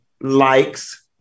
likes